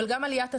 אבל גם עליית הצלה.